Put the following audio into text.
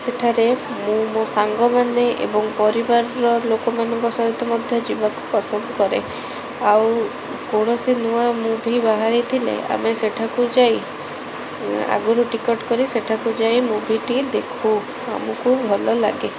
ସେଠାରେ ମୁଁ ମୋ ସାଙ୍ଗମାନେ ଏବଂ ପରିବାରର ଲୋକମାନଙ୍କ ସହିତ ମଧ୍ୟ ଯିବାକୁ ପସନ୍ଦ କରେ ଆଉ କୌଣସି ନୂଆ ମୁଭି ବାହାରିଥିଲେ ଆମେ ସେଠାକୁ ଯାଇ ଆଗରୁ ଟିକେଟ କରି ସେଠାକୁ ଯାଇ ମୁଭିଟିଏ ଦେଖୁ ଆମକୁ ଭଲ ଲାଗେ